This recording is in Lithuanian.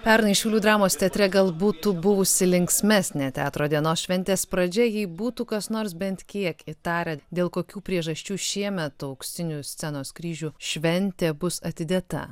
pernai šiaulių dramos teatre gal būtų buvusi linksmesnė teatro dienos šventės pradžia jei būtų kas nors bent kiek įtarę dėl kokių priežasčių šiemet auksinių scenos kryžių šventė bus atidėta